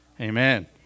Amen